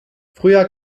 früher